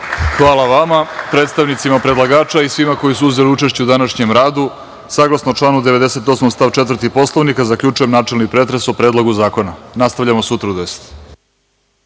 Hvala vama, predstavnicima predlagača i svima koji su uzeli učešće u današnjem radu. Saglasno članu 98. stav 4. Poslovnika zaključujem načelni pretres o Predlogu zakona. Nastavljamo sutra u 10,00